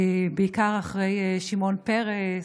ובעיקר אחרי שמעון פרס,